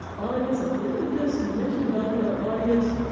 audience, i think i just mentioned about the audience,